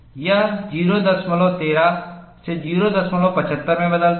यह 013 से 075 में बदलता है